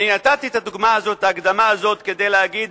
נתתי את הדוגמה הזאת, את ההקדמה הזאת, כדי להגיד